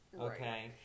okay